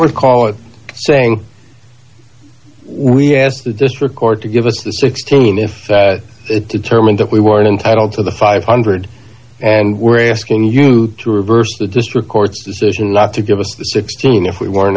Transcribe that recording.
recall it saying the district court to give us the sixteen if it determined that we weren't entitled to the five hundred and we're asking you to reverse the district court's decision not to give us the sixteen if we were